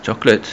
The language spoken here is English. chocolates